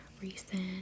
recent